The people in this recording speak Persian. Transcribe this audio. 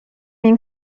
این